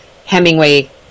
Hemingway